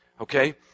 Okay